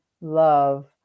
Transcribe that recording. love